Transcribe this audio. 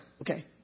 Okay